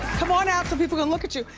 come on out so people can look at you.